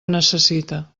necessita